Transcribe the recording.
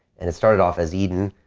and it started off as eden,